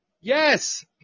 yes